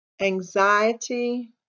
anxiety